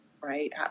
Right